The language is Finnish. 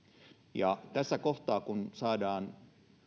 ja tässä kohtaa kun saadaan